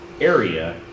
area